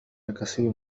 الكثير